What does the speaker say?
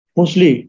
Mostly